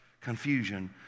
confusion